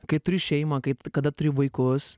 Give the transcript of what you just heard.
kai turi šeimą kai t kada turi vaikus